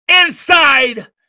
inside